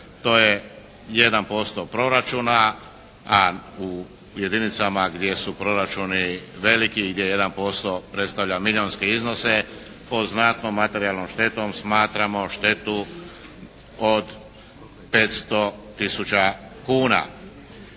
posto proračuna, a u jedinicama gdje su proračuni veliki i gdje jedan posto predstavlja milijunske iznose pod znatnom materijalnom štetom smatramo štetu od 500 000 kuna.